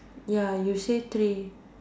ya you say three